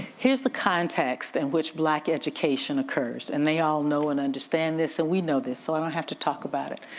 here's the context in which black education occurs and they all know and understand this and we know this, so i don't have to talk about it.